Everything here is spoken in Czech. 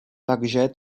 takže